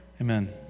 Amen